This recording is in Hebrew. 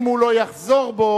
אם הוא לא יחזור בו,